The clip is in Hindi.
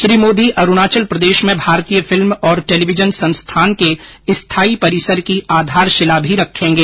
श्री मोदी अरुणाचल प्रदेश में भारतीय फिल्म और टेलीविजन संस्थान के स्थायी परिसर की आधारशिला भी रखेंगे